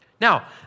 Now